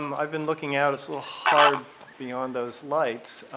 um i've been looking out. it's a little hard beyond those lights.